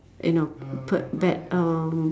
you know put back um